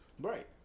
Right